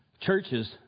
churches